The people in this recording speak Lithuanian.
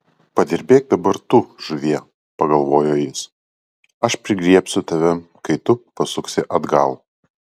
padirbėk dabar tu žuvie pagalvojo jis aš prigriebsiu tave kai tu pasuksi atgal